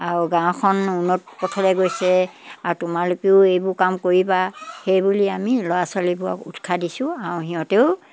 আৰু গাঁওখন উন্নত পথলৈ গৈছে আৰু তোমালোকেও এইবোৰ কাম কৰিবা সেইবুলি আমি ল'ৰা ছোৱালীবোৰক উৎসাহ দিছোঁ আৰু সিহঁতেও